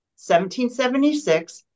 1776